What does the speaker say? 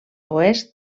oest